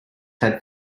had